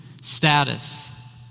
status